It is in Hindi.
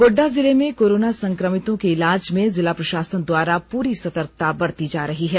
गोड्डा जिले में कोरोना संक्रमितों के इलाज में जिला प्रशासन द्वारा प्ररी सतर्कता बरती जा रही है